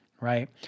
Right